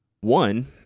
One